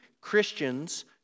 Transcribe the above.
Christians